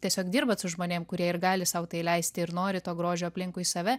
tiesiog dirbat su žmonėm kurie ir gali sau tai leisti ir nori to grožio aplinkui save